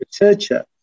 researcher